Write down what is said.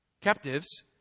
captives